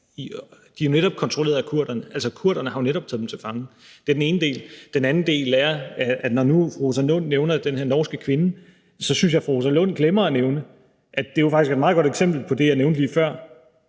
de er jo netop kontrolleret af kurderne – kurderne har jo netop taget dem til fange. Det er den ene del. Den andel er, at når nu fru Rosa Lund nævner den her norske kvinde, synes jeg, fru Rosa Lund glemmer at nævne, at det jo faktisk er et meget godt eksempel på det, jeg nævnte lige før.